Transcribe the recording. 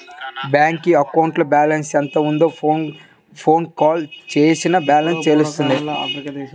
bank అకౌంట్లో balance ఎంత ఉందో ఫోన్ కాల్ చేసినా బ్యాలెన్స్ తెలుస్తుంది